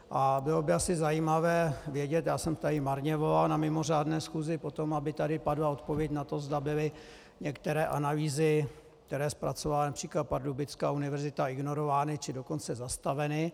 A bylo by asi zajímavé vědět já jsem tady marně volal na mimořádné schůzi po tom, aby tady padla odpověď na to, zda byly některé analýzy, které zpracovávala např. pardubická univerzita, ignorovány, či dokonce zastaveny.